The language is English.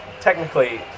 technically